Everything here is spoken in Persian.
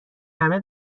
همه